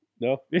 No